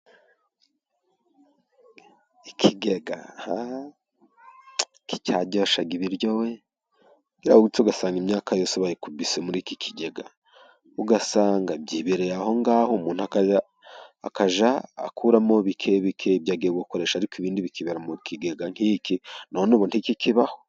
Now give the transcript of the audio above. Ikigega haaa ! Iki cyaryoshyaga ibiryo we! Wagiraga gutya ugasanga imyaka yose bayikubise muri iki kigega , ugasanga byibereye aho ngaho umuntu akajya akuramo bike bike byo agiye gukoresha ariko ibindi bikibera mu kigega nk'iki noneho ubu ntikikibaho!